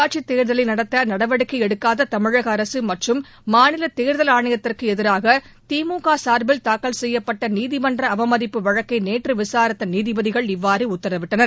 உள்ளாட்சித் தேர்தலை நடத்த நடவடிக்கை எடுக்காத தமிழக அரசு மற்றும் மாநில தேர்தல் ஆணையத்திற்கு எதிராக திமுக சார்பில் தாக்கல் செய்யப்பட்ட நீதிமன்ற அவமதிப்பு வழக்கை நேற்று விசாரித்த நீதிபதிகள் இவ்வாறு உத்தரவிட்டனர்